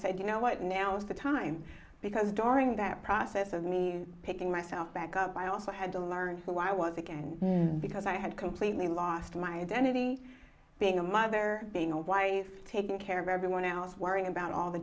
said you know what now is the time because during that process of me picking myself back up i also had to learn who i was again because i had completely lost my identity being a mother being a why taking care of everyone else worrying about all the